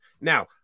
Now